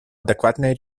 адекватные